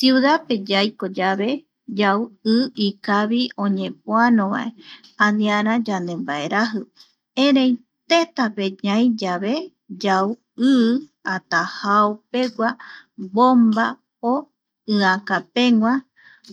Ciudad pe yaiko yave yau i kavi oñepoanovae aniara yandembaeraji, erei tetape ñai yave yau i atajao pegua, bomba o iakapegua